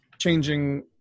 changing